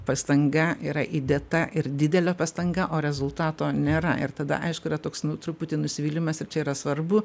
pastanga yra įdėta ir didelė pastanga o rezultato nėra ir tada aišku yra toks nu truputį nusivylimas ir čia yra svarbu